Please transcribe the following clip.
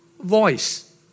voice